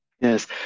Yes